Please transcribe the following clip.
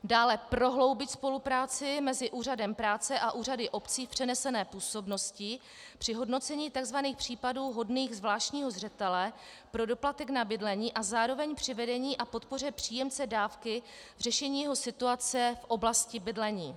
Dále prohloubit spolupráci mezi úřadem práce a úřady obcí v přenesené působnosti při hodnocení takzvaných případů vhodných zvláštního zřetele pro doplatek na bydlení a zároveň při vedení a podpoře příjemce dávky k řešení jeho situace v oblasti bydlení.